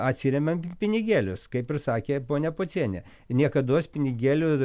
atsiremiam į pinigėlius kaip ir sakė ponia pocienė niekados pinigėlių